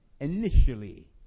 initially